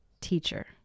teacher